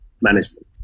management